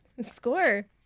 Score